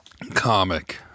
Comic